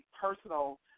personal